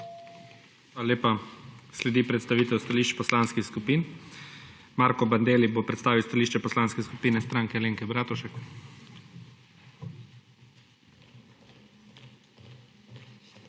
Hvala lepa. Sledi predstavitev stališč poslanskih skupin. Marko Bandelli bo predstavil stališče Poslanske skupine Stranke Alenke Bratušek. **MARKO